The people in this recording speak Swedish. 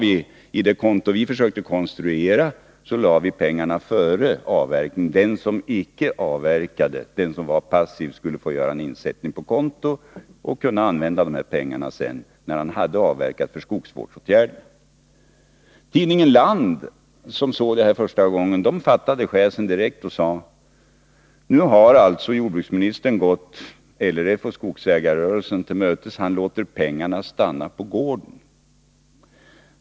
I det konto vi försökte konstruera lade vi därför inbetalningen av pengarna före avverkningen — den som icke avverkade utan var passiv skulle få göra en insättning på konto, men kunde, när han hade avverkat, använda pengarna för skogsvårdsåtgärder. Tidningen Land fattade schäsen direkt och sade: Nu har jordbruksministern gått LRF och skogsägarrörelsen till mötes. Han låter pengarna stanna på gården.